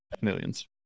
Millions